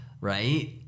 right